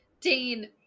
Dean